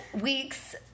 week's